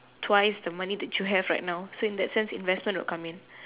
twice the money that you have right now so in that sense investment will come in